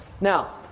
Now